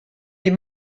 les